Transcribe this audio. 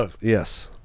Yes